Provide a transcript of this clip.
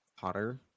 Potter